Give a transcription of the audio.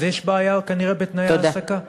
אז כנראה יש בעיה בתנאי ההעסקה.